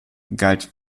galt